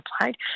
applied